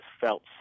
felt